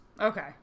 Okay